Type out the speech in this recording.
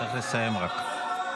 צריך לסיים, אדוני.